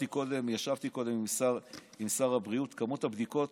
ישבתי קודם עם שר הבריאות, כמות הבדיקות